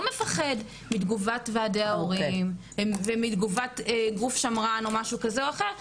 מפחד מתגובת ועדי ההורים ומתגובת גוף שמרן כזה או אחר,